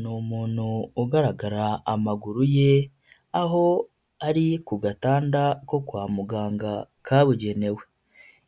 N’umuntu ugaragara amaguru ye, aho ari ku gatanda ko kwa muganga kabugenewe,